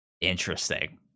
Interesting